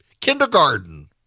kindergarten